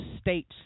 states